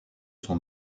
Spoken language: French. son